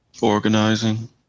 Organizing